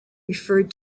referred